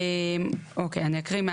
אוקיי אני אקריא.